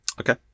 Okay